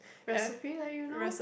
recipe like you know